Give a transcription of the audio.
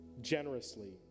generously